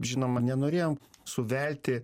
žinoma nenorėjom suvelti